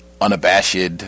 unabashed